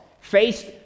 faced